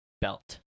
belt